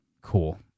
cool